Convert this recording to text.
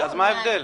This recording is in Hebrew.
אז מה ההבדל?